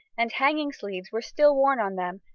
and hanging sleeves were still worn on them,